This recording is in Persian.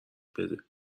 بده